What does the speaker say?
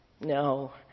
No